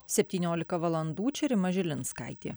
septyniolika valandų čia rima žilinskaitė